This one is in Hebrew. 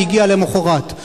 הגיעה למחרת.